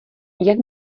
jak